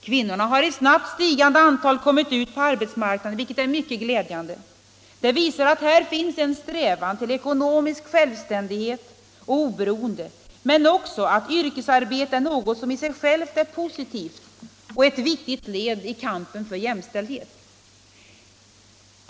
Kvinnorna har i ett snabbt stigande antal kommit ut på arbetsmarknaden, vilket är mycket glädjande. Det visar att här finns en strävan till ekonomisk självständighet och oberoende men också att yrkesarbete är något som i sig självt är positivt och ett viktigt led i kampen för jämställdhet.